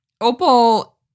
Opal